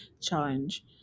challenge